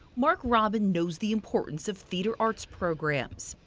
marc robin knows the importance of theatre arts programs.